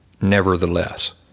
nevertheless